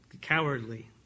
Cowardly